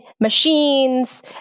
machines